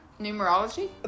numerology